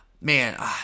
Man